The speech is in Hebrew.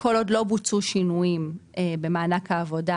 כל עוד לא בוצענו שינויים במענק העבודה,